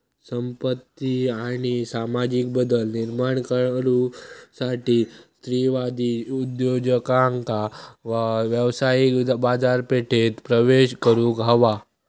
संपत्ती आणि सामाजिक बदल निर्माण करुसाठी स्त्रीवादी उद्योजकांका व्यावसायिक बाजारपेठेत प्रवेश करुक हवा